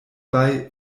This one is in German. bei